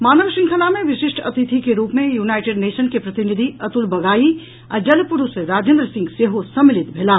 मानव श्रृंखला मे विशिष्ट अतिथि के रूप मे यूनाईटेड नेशन के प्रतिनिधि अतुल बगाई आ जल पुरूष राजेन्द्र सिंह सेहो सम्मिलित भेलाह